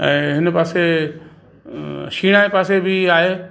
ऐं हिन पासे शींहं जे पासे में बि आहे